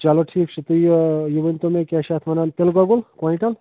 چلو ٹھیٖک چھُ تہٕ یہِ یہِ ؤنۍتو مےٚ کیٛاہ چھِ اَتھ وَنان تیٖلہٕ گۅگُل کۅینٛٹل